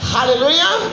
Hallelujah